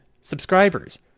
subscribers